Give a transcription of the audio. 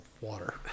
water